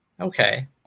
Okay